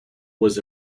was